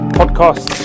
podcast